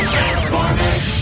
Transformers